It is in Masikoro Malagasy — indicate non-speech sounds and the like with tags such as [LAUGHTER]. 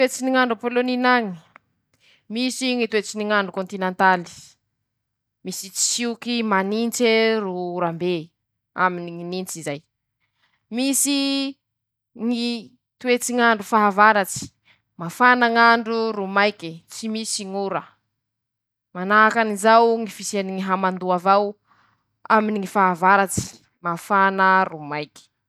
Hetsy ny ñ'andro [SHUSHES] a Pôlônina añy: Misy Ñy toetsy ny ñ'andro kôntinantaly, [SHUSHES] misy tsioke manintse ro orambe aminy ñy nintsy zay, misy Ñy toetsy ny ñ'anrdro fahavaratsy [SHUSHES] mafana ñ'andro ro maike, tsy misy ñ'ora, manahakan'izao ñy fisiany ñy hamandoa avao aminy ñy fahavaratsy, [SHUSHES] mafana ro maiky.